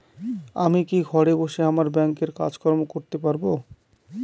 আমি কি ঘরে বসে আমার ব্যাংকের কাজকর্ম করতে পারব?